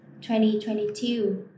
2022